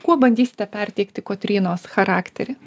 kuo bandysite perteikti kotrynos charakterį